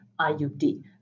IUD